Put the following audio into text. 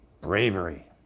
bravery